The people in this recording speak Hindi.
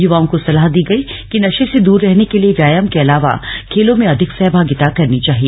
युवाओं को सलाह दी गई कि नशे से दूर रहने के लिए व्यायाम के अलावा खेलों में अधिक सहभागिता करनी चाहिए